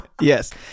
Yes